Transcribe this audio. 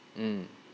mm